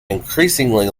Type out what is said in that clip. increasingly